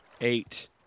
Eight